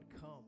come